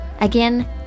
Again